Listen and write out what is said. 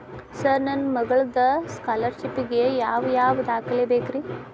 Sir ನನ್ನ ಮಗ್ಳದ scholarship ಗೇ ಯಾವ್ ಯಾವ ದಾಖಲೆ ಬೇಕ್ರಿ?